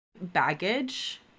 baggage